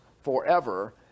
forever